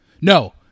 no